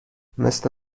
مثل